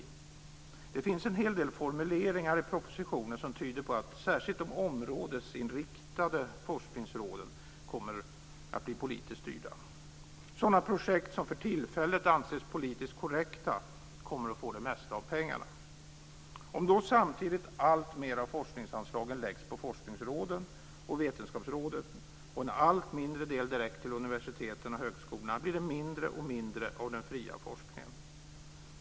Det finns en hel del formuleringar i propositionen som tyder på att särskilt de områdesinriktade forskningsråden kommer att bli politiskt styrda. Sådana projekt som för tillfället anses politiskt korrekta kommer att få det mesta av pengarna. Om då samtidigt alltmer av forskningsanslagen läggs på forskningsråden och vetenskapsrådet och en allt mindre del direkt till universiteten och högskolorna, blir det mindre och mindre av den fria forskningen.